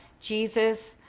Jesus